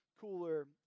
cooler